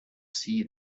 see